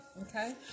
okay